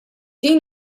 din